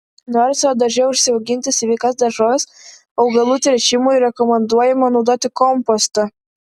norint savo darže užsiauginti sveikas daržoves augalų tręšimui rekomenduojama naudoti kompostą